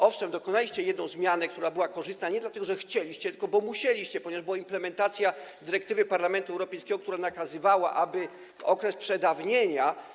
Owszem, dokonaliście jednej zmiany, która była korzystna, nie dlatego, że chcieliście, tylko dlatego, że musieliście, ponieważ była implementacja dyrektywy Parlamentu Europejskiego, która nakazywała, aby okres przedawnienia.